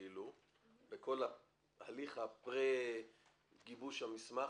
בכל ההליך הפרה-גיבוש המסמך,